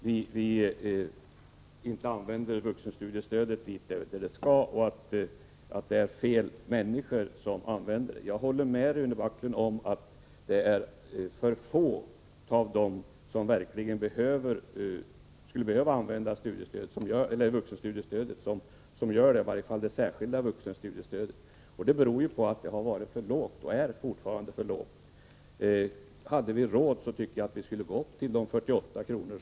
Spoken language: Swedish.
Herr talman! Rune Backlund påstod att vi inte använder vuxenstudiestödet som det skall användas och att det är fel människor som begagnar det. Jag håller med om att alltför få av dem som verkligen skulle behöva vuxenstudiestöd, i varje fall det särskilda vuxenstudiestödet, får del av det. Det beror på att detta stöd har varit och är för lågt. Hade vi råd, skulle vi ha gått upp till de 48 kr.